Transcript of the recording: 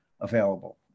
available